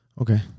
Okay